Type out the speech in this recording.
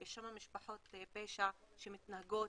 יש שם משפחות פשע שמתנהלות,